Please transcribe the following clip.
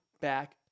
back